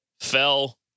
fell